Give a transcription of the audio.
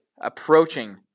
approaching